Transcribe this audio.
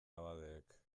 abadeek